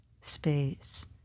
space